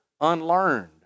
unlearned